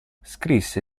scrisse